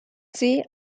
sie